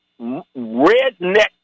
redneck